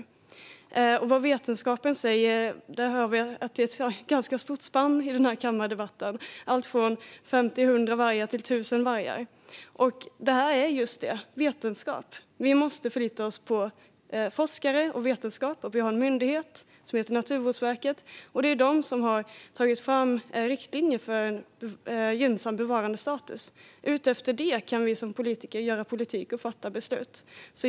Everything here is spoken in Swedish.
När det gäller vad vetenskapen säger hör vi att det är ett ganska stort spann i den här kammardebatten - det talas om alltifrån 50-100 vargar till 1 000 vargar. Och det här är just vetenskap. Vi måste förlita oss på forskare och vetenskap. Och vi har en myndighet som heter Naturvårdsverket, vilken har tagit fram riktlinjer för en gynnsam bevarandestatus. Utifrån dessa kan vi som politiker göra politik och fatta beslut.